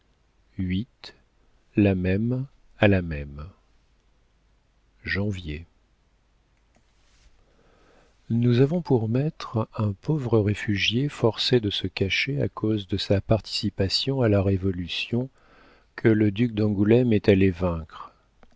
la même janvier nous avons pour maître un pauvre réfugié forcé de se cacher à cause de sa participation à la révolution que le duc d'angoulême est allé vaincre